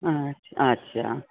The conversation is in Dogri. हां अच्छा